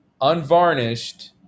unvarnished